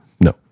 No